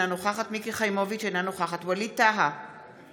אינה נוכחת מיקי חיימוביץ' אינה נוכחת ווליד טאהא,